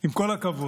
עם כל הכבוד,